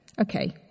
Okay